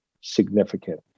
significant